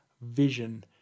vision